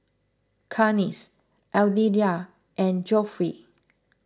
Clarnce Aditya and Geoffrey